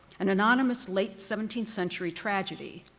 an anonymous late seventeenth century tragedy.